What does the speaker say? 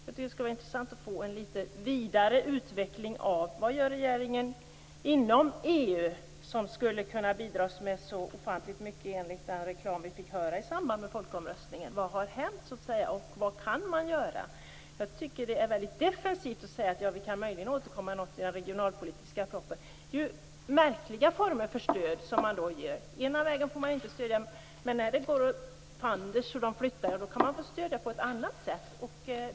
Det skulle vara intressant att få en vidare utveckling av vad regeringen gör inom EU som skulle kunna bidra så mycket enligt den reklam vi fick höra i samband med folkomröstningen. Vad har hänt? Det är defensivt att säga att man möjligen kan återkomma i den regionalpolitiska propositionen. Det är märkliga former för stöd. Å ena sidan får man inte ge stöd, men när det går åt fanders får man stödja på ett annat sätt.